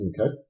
Okay